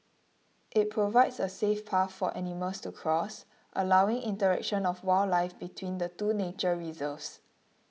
it provides a safe path for animals to cross allowing interaction of wildlife between the two nature reserves